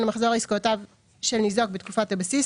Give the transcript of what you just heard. מחזור עסקאותיו של הניזוק בתקופת הבסיס,